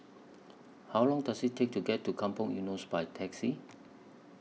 How Long Does IT Take to get to Kampong Eunos By Taxi